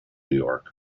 york